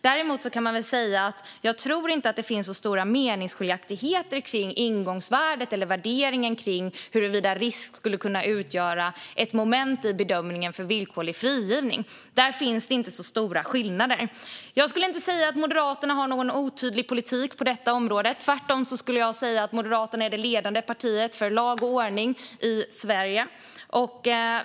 Däremot kan jag säga att jag inte tror att det finns så stora meningsskiljaktigheter kring ingångsvärdet eller värderingen av huruvida risk skulle kunna utgöra ett moment i bedömningen för villkorlig frigivning. Där finns det inte så stora skillnader. Förstärkta återfalls-förebyggande åtgärder vid villkorlig frigivning Jag skulle inte säga att Moderaterna har någon otydlig politik på detta område. Tvärtom skulle jag säga att Moderaterna är det ledande partiet för lag och ordning i Sverige.